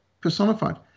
personified